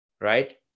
right